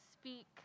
speak